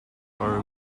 are